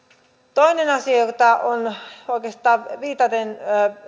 toinen asia oikeastaan viitaten